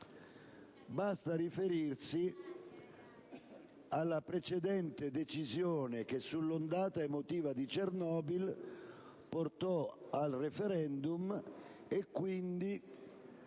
Basta riferirsi alla precedente decisione che, sull'ondata emotiva di Chernobyl, portò al *referendum* e, quindi,